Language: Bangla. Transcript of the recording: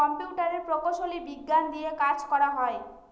কম্পিউটারের প্রকৌশলী বিজ্ঞান দিয়ে কাজ করা হয়